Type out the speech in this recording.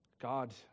God